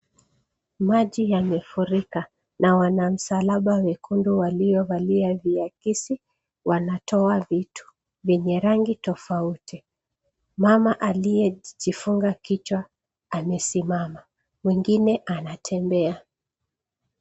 Maji yamefurika na wanamsalaba wekundu waliovalia viakisi wanatoa vitu vyenye rangi tofauti. Mama aliyejifunga kichwa amesimama, mwingine anatembea.